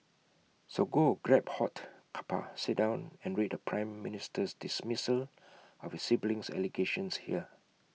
so go A grab hot cuppa sit down and read the prime Minister's dismissal of his siblings allegations here